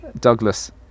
Douglas